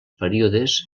períodes